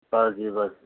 پر جی بس